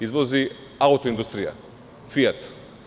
Izvozi auto industrija „Fijat“